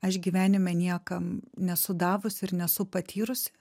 aš gyvenime niekam nesu davusi ir nesu patyrusi